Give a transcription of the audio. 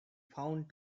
found